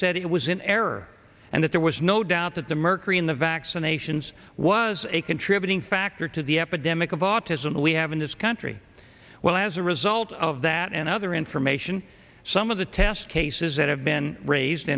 said it was in error and that there was no doubt that the mercury in the vaccinations was a contributing factor to the epidemic of autism that we have in this country well as a result of that and other information some of the test cases that have been raised